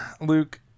Luke